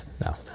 No